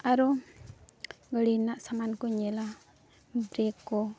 ᱟᱨᱚ ᱜᱟᱹᱲᱤ ᱨᱮᱱᱟᱜ ᱥᱟᱢᱟᱱ ᱠᱚᱧ ᱧᱮᱞᱟ ᱵᱨᱮᱠ ᱠᱚ